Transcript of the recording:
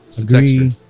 Agree